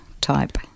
type